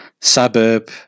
suburb